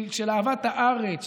של אהבת הארץ,